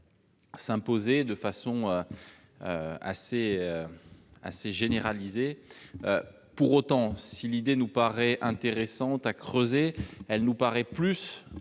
s'imposer de façon assez assez généralisé pour autant si l'idée nous paraît intéressante à creuser, elle nous paraît plus